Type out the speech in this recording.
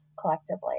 collectively